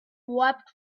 wept